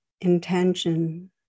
intention